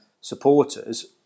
supporters